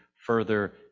further